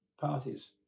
parties